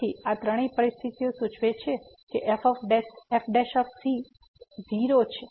તેથી આ ત્રણેય પરિસ્થિતિઓ સૂચવે છે કે fc0 છે